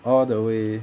all the way